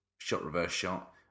shot-reverse-shot